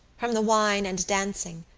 from the wine and dancing,